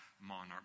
monarch